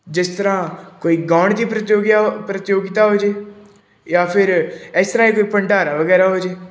ਜਿਸ ਤਰ੍ਹਾਂ ਕੋਈ ਗਾਉਣ ਦੀ ਪ੍ਰਤੀਯੋਗੀਆਂ ਪ੍ਰਤੀਯੋਗਿਤਾ ਹੋ ਜਾਵੇ ਜਾਂ ਫਿਰ ਇਸ ਤਰ੍ਹਾਂ ਹੀ ਕੋਈ ਭੰਡਾਰਾ ਵਗੈਰਾ ਹੋ ਜਾਵੇ